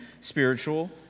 spiritual